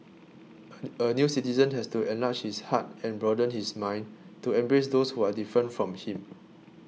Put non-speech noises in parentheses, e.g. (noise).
(noise) a new citizen has to enlarge his heart and broaden his mind to embrace those who are different from him